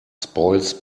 spoils